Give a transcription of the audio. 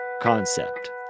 concept